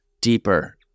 deeper